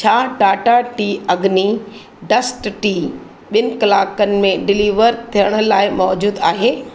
छा Tata tea Agni dust tea ॿिनि कलाकनि में डिलीवर थियण लाइ मौज़ूदु आहे